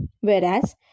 Whereas